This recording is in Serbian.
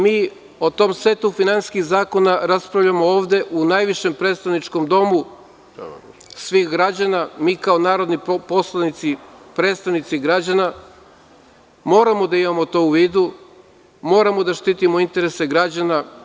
Mi o tom setu finansijskih zakona raspravljamo ovde u najvišem predstavničkom domu, svih građana, mi kao narodni poslanici, predstavnici građana moramo da imamo to u vidu, moramo da štitimo interese građana.